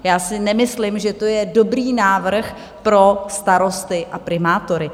Já si nemyslím, že to je dobrý návrh pro starosty a primátory.